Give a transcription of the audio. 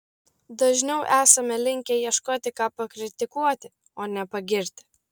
dažniau esame linkę ieškoti ką pakritikuoti o ne pagirti